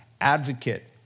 advocate